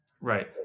Right